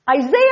Isaiah